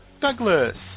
Douglas